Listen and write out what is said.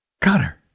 Connor